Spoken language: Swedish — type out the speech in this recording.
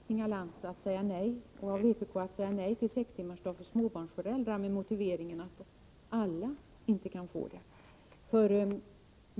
Herr talman! Jag tycker det är inkonsekvent av Inga Lantz och vpk att säga nej till sextimmarsdag för småbarnsföräldrar med motiveringen att alla inte kan få det.